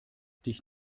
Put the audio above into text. dich